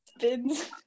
spins